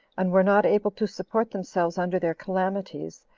and were not able to support themselves under their calamities,